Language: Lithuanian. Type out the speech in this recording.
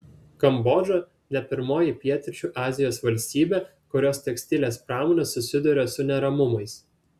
kambodža ne pirmoji pietryčių azijos valstybė kurios tekstilės pramonė susiduria su neramumais